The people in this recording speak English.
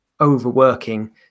overworking